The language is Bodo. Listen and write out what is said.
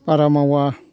बारा मावा